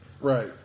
Right